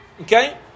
Okay